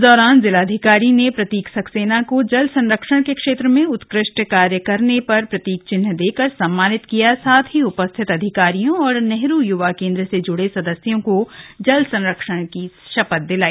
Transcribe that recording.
इस दौरान जिलाधिकारी ने प्रतीक सक्सेना को जल संरक्षण के क्षेत्र में उत्कृष्ट कार्य करने पर प्रतीक चिन्ह देकर सम्मानित किया साथ ही उपस्थित अधिकारियों और नेहरू युवा केन्द्र से जुड़े सदस्यों को जल संरक्षण की शपथ दिलाई